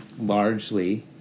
largely